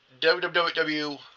www